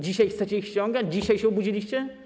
Dzisiaj chcecie ich ściągać, dzisiaj się obudziliście?